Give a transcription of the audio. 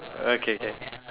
okay can